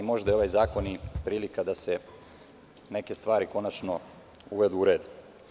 Možda je ovaj zakon prilika da se neke stvari konačno uvedu u red.